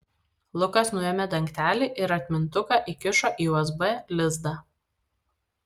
lukas nuėmė dangtelį ir atmintuką įkišo į usb lizdą